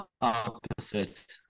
opposite